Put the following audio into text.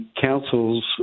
council's